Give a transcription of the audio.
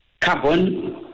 carbon